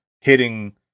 hitting